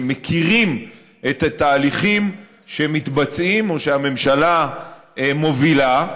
שמכירים את התהליכים שמתבצעים או שהממשלה מובילה.